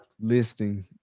listing